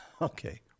okay